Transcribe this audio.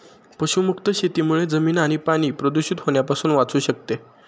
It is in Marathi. पशुमुक्त शेतीमुळे जमीन आणि पाणी प्रदूषित होण्यापासून वाचू शकते